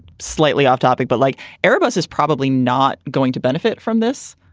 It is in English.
slightly off topic, but like airbus is probably not going to benefit from this.